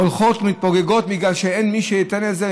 הולכים ומתפוגגים בגלל שאין מי שייתן את זה,